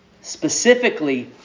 specifically